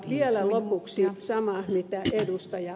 vielä lopuksi sama mitä ed